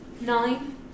nine